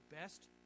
best